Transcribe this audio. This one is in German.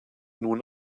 nun